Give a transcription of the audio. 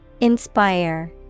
Inspire